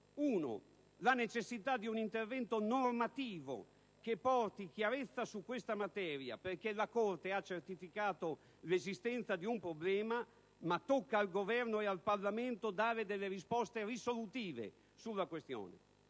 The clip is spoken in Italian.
luogo la necessità di un intervento normativo che porti chiarezza in materia, perché la Corte ha certificato l'esistenza di un problema, ma tocca al Governo e al Parlamento dare risposte risolutive alla questione.